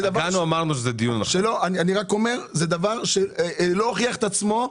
נגענו ואמרנו שזה דיון אחר אני רק אומר שזה דבר שלא הוכיח את עצמו.